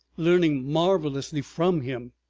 learning marvelously from him.